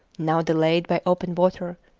now delayed by open water,